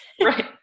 Right